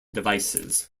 devices